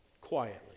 quietly